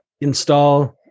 Install